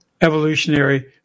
evolutionary